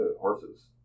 horses